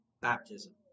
baptism